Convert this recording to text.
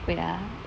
wait ah